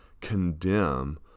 condemn